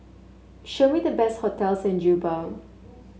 show me the best hotels in Juba